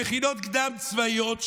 למכינות קדם-צבאיות,